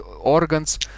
organs